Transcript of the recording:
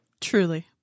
truly